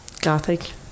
Gothic